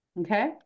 Okay